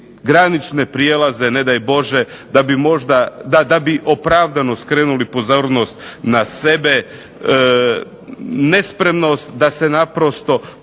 granične prijelaze ne daj Bože, da bi opravdano skrenuli pozornost na sebe. Nespremnost da se naprosto